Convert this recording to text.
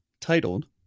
titled